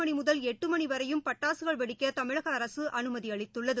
மணி முதல் எட்டு மணி வரையும் பட்டாசுகள் வெடிக்க தமிழக அரசு அனுமதி அளித்துள்ளது